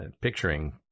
picturing